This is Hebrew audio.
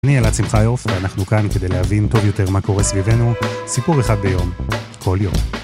אני אלעד שמחיוף, ואנחנו כאן כדי להבין טוב יותר מה קורה סביבנו. סיפור אחד ביום, כל יום.